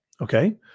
Okay